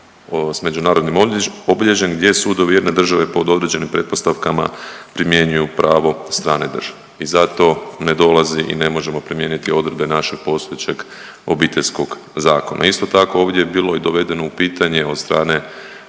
s međunarodnim obilježjem gdje sudovi jedne države pod određenim pretpostavkama primjenjuju pravo strane države i zato ne dolazi i ne možemo primijeniti odredbe našeg postojećeg Obiteljskog zakona. Isto tako ovdje je bilo i dovedeno u pitanje od strane